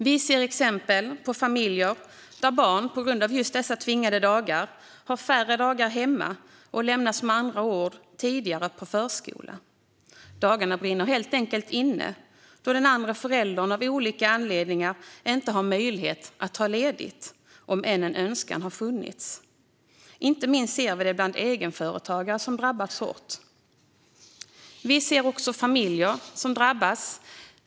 Vi ser exempel på familjer där barn på grund av just dessa tvingande dagar har färre dagar hemma och med andra ord lämnas tidigare på förskola. Dagarna brinner helt enkelt inne, då den andra föräldern av olika anledningar inte har haft möjlighet att ta ledigt även om en önskan har funnits. Inte minst ser vi detta bland egenföretagare, som drabbats hårt. Vi ser också familjer som drabbas.